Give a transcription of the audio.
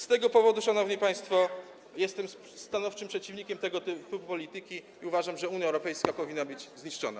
Z tego powodu, szanowni państwo, jestem stanowczym przeciwnikiem tego typu polityki i uważam, że Unia Europejska powinna być zniszczona.